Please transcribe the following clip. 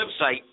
website